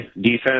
defense